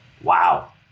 Wow